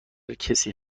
کسی